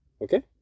Okay